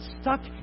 stuck